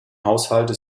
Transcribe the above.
haushalte